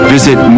Visit